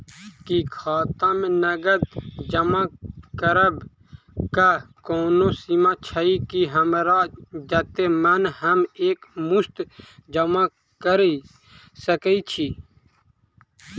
की खाता मे नगद जमा करऽ कऽ कोनो सीमा छई, की हमरा जत्ते मन हम एक मुस्त जमा कऽ सकय छी?